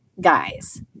guys